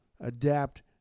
adapt